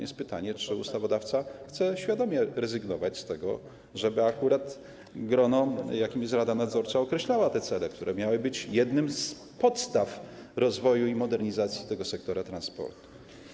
Jest pytanie, czy ustawodawca chce świadomie rezygnować z tego, żeby akurat grono, jakim jest rada nadzorcza, określało te cele, które miały stanowić jedną z podstaw rozwoju i modernizacji tego sektora transportu.